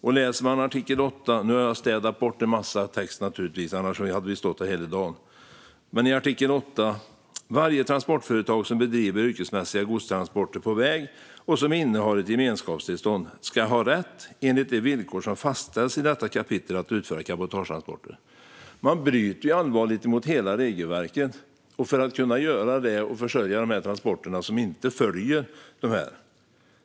Jag har naturligtvis städat bort en massa text, annars hade vi stått här hela dagen, men i artikel 8 framgår följande: "Varje transportföretag som bedriver yrkesmässiga godstransporter på väg och som innehar ett gemenskapstillstånd - ska ha rätt, enligt de villkor som fastställs i detta kapitel, att utföra cabotagetransporter." Man bryter mot hela regelverket på ett allvarligt sätt för att kunna försörja de transporter som inte följer regelverket.